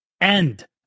end